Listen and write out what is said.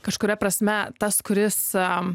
kažkuria prasme tas kuris am